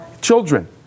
children